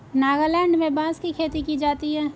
नागालैंड में बांस की खेती की जाती है